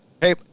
hey